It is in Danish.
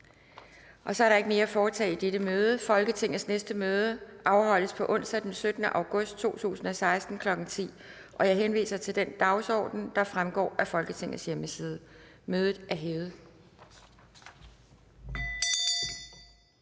Der er ikke mere at foretage i dette møde. Folketingets næste møde afholdes onsdag den 17. august 2016, kl. 10.00. Jeg henviser til den dagsorden, der fremgår af Folketingets hjemmeside. Mødet er hævet.